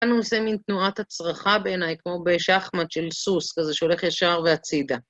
עושה מין תנועת הצרחה בעיניי, כמו בשחמט של סוס, כזה שהולך ישר והצידה.